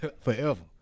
Forever